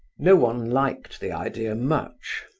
no one liked the idea much.